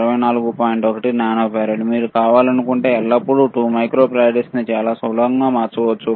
1 nano farad మీరు కావాలంటే ఎల్లప్పుడూ 2 మైక్రో ఫారడ్ ను చాలా సులభంగా మార్చవచ్చు